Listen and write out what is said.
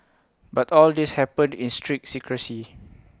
but all this happened in strict secrecy